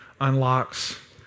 unlocks